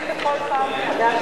אנחנו מקווים בכל פעם מחדש